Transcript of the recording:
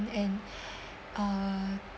and uh